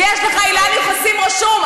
ויש לך אילן יוחסין רשום,